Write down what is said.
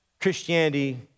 Christianity